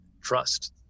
Trust